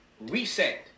reset